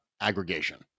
aggregation